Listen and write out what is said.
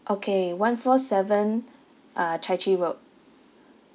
okay one four seven uh chai chee road